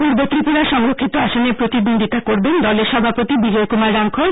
পূর্ব ত্রিপুরা সংরক্ষিত আসনে প্রতিদ্বন্দ্বিতা করবেন দলের সভাপতি বিজয় কুমার রাংখল